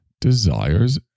desires